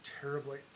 terribly